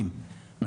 יש לנו מספיק ניסיון,